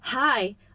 Hi